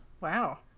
wow